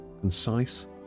concise